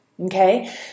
Okay